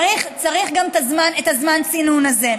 צריך את זמן הצינון הזה.